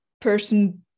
person